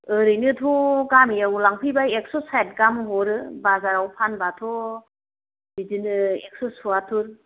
ओरैनोथ' गामियाव लांफैबा एकसौ साइत गाहाम हरो बाजाराव फानबाथ' बिदिनो एकसौ सवातुर